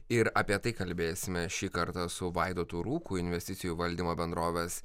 ir apie tai kalbėsime šį kartą su vaidotu rūku investicijų valdymo bendrovės